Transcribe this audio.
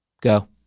Go